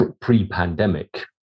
pre-pandemic